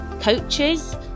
coaches